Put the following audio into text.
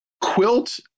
quilt